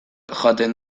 jaten